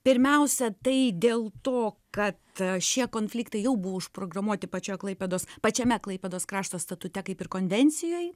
pirmiausia tai dėl to kad šie konfliktai jau buvo užprogramuoti pačioje klaipėdos pačiame klaipėdos krašto statute kaip ir konvencijoj